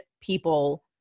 people